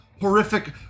horrific